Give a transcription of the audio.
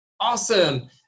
awesome